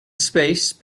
space